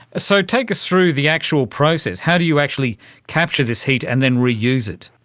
so take us through the actual process. how do you actually capture this heat and then reuse it?